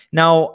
now